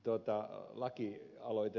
kiinnitän siihen huomiota